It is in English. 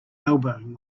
elbowing